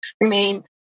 remain